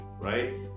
right